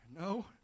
No